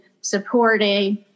supporting